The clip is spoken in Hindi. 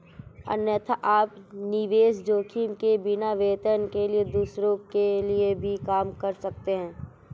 अन्यथा, आप निवेश जोखिम के बिना, वेतन के लिए दूसरों के लिए भी काम कर सकते हैं